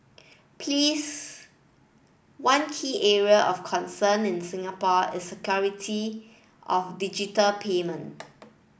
please one key area of concern in Singapore is security of digital payment